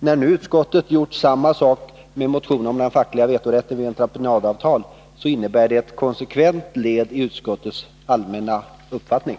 När nu utskottet har gjort samma sak med motionen om den fackliga vetorätten vid entreprenadavtal, är det ett konsekvent handlande i enlighet med utskottets allmänna uppfattning.